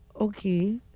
okay